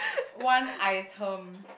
one item